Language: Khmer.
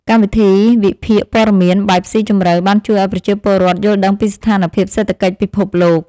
កម្មវិធីវិភាគព័ត៌មានបែបស៊ីជម្រៅបានជួយឱ្យប្រជាពលរដ្ឋយល់ដឹងពីស្ថានភាពសេដ្ឋកិច្ចពិភពលោក។